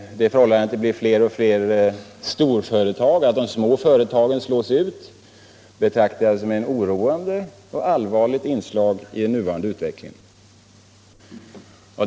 Det förhållandet att det blir fler och fler storföretag — att de små företagen slås ut — betraktar jag som ett oroande och allvarligt inslag i den nuvarande utvecklingen.